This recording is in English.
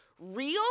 Real